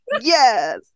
yes